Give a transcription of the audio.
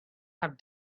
have